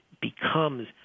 becomes